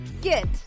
get